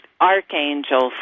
archangels